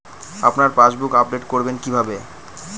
আপনার passbook update করবেন কিভাবে?